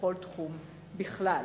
בכל תחום בכלל.